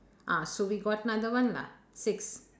ah so we got another one lah six